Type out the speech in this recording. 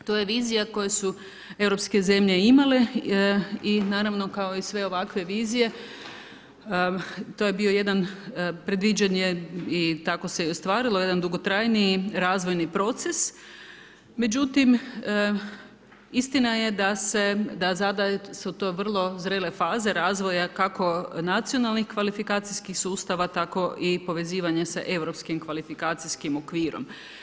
To je vizija koje su europske zemlje imale i naravno kao i sve ovakve vizije to je bio jedan predviđen je i tako se i ostvarilo jedan dugotrajniji razvojni proces, međutim istina je da su sada vrlo zrele faze razvoja kako nacionalnih kvalifikacijskih sustava tako i povezivanja sa Europskim kvalifikacijskim okvirom.